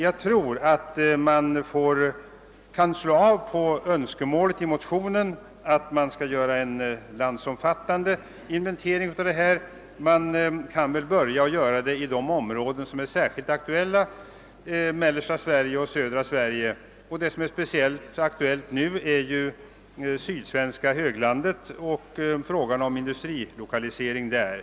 Man kan nog slå av på önskemålet i motionen om en landsomfattande inventering. Man kan väl börja med att göra en sådan i de områden som är särskilt aktuella, nämligen mellersta Sverige och södra Sverige. Det som. är speciellt aktuellt just nu är sydsvenska höglandet med hänsyn till den industrilokalisering som där sker.